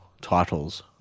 titles